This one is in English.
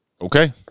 Okay